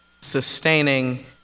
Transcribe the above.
sustaining